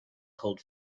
cold